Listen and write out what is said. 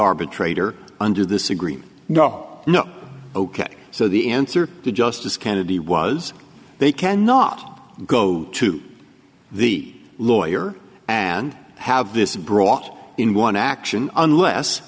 arbitrator under this agreement no no ok so the answer to justice kennedy was they can not go to the lawyer and have this brought in one action unless